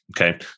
Okay